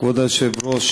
כבוד היושב-ראש,